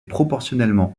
proportionnellement